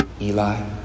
Eli